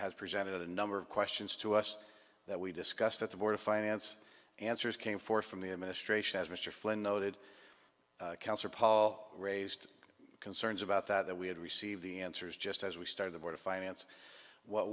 has presented a number of questions to us that we discussed at the board of finance answers came forth from the administration as mr flynn noted cancer paul raised concerns about that that we had received the answers just as we start the board of finance what